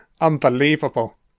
Unbelievable